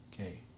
Okay